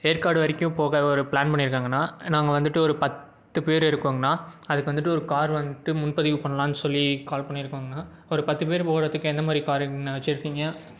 ஏற்காடு வரைக்கும் போக ஒரு பிளான் பண்ணிருக்கங்க அண்ணா நாங்கள் வந்துவிட்டு ஒரு பத்து பேர் இருக்கோங்க அண்ணா அதுக்கு வந்துட்டு ஒரு காரு வந்துட்டு முன்பதிவு பண்ணலான்னு சொல்லி கால் பண்ணிருக்கோங்க அண்ணா ஒரு பத்து பேர் போகறதுக்கு எந்த மாதிரி காருங்க அண்ணா வச்சுருக்கீங்க